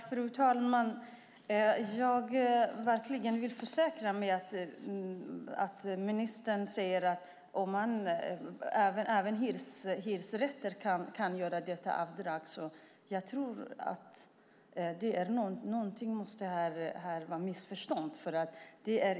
Fru talman! Jag vill försäkra mig om att ministern talar sanning när han säger att man kan göra ROT-avdrag också för hyresrätter. Jag tror att det måste finnas något missförstånd här.